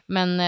Men